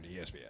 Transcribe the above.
ESPN